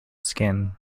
skin